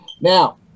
now